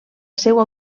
seua